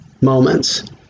moments